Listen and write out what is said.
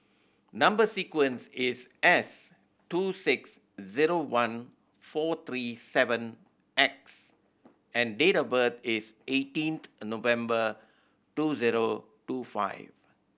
number sequence is S two six zero one four three seven X and date of birth is eighteenth November two zero two five